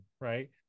Right